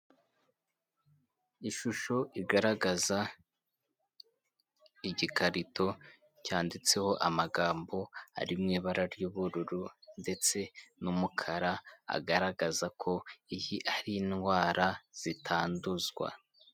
Ishusho igaragaza igikarito cyanditseho amagambo ari mu ibara ry'ubururu ndetse n'umukara, agaragaza ko iyi ari indwara zitanduzwa.